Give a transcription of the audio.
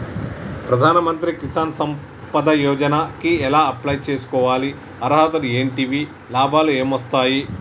ప్రధాన మంత్రి కిసాన్ సంపద యోజన కి ఎలా అప్లయ్ చేసుకోవాలి? అర్హతలు ఏంటివి? లాభాలు ఏమొస్తాయి?